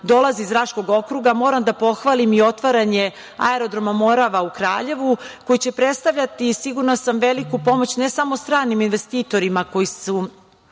dolazi iz Raškog okruga moram da pohvalim i otvaranje aerodroma „Morava“ u Kraljevu koji će predstavljati, sigurna sam, veliku pomoć ne samo stranim investitorima koji